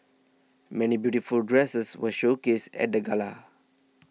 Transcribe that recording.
many beautiful dresses were showcased at the gala